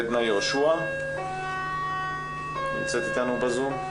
עדנה יהושע נמצאת איתנו בזום.